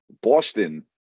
Boston